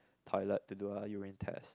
toilet to do a urine test